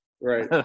right